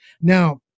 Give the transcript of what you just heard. Now